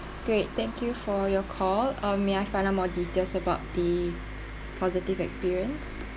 great thank you for your call uh may I find out more details about the positive experience